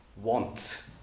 want